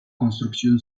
construcción